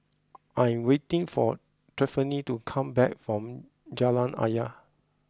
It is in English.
I am waiting for Tiffany to come back from Jalan Ayer